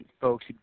folks